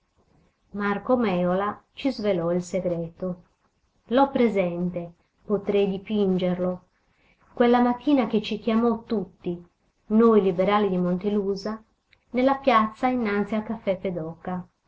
marco mèola ci svelò il segreto l'ho presente potrei dipingerlo quella mattina che ci chiamò tutti noi liberali di montelusa nella piazza innanzi al caffè